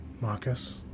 Marcus